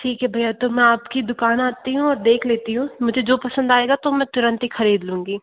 ठीक है भैया तो मैं आपकी दुकान आती हूँ और देख लेती हूँ मुझे जो पसंद आएगा तो मैं तुरंत ही ख़रीद लूँगी